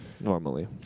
normally